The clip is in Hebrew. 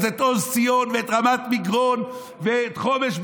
את עוז ציון ואת רמת מגרון ואת חומש,